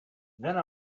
then